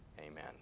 Amen